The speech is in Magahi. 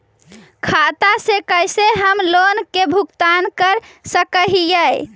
खाता से कैसे हम लोन के भुगतान कर सक हिय?